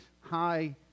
high